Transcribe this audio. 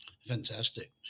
Fantastic